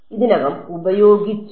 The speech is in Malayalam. ഇതിനകം ഉപയോഗിച്ചു